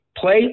play